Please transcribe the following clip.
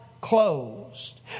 closed